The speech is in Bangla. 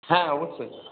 হ্যাঁ অবশ্যই